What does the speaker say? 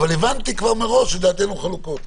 אבל הבנתי כבר מראש שדעותינו חלוקות.